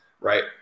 right